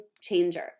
changer